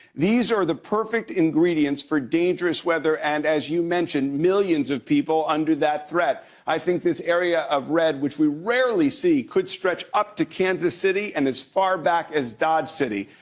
these are the perfect ingredients for dangerous weather and, as you mentioned, millions of people under that threat. i think this area of red, which we rarely see, could stretch up to kansas city and as far back as dodge city.